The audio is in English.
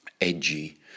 edgy